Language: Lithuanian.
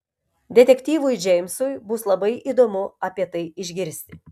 detektyvui džeimsui bus labai įdomu apie tai išgirsti